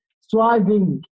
striving